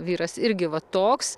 vyras irgi va toks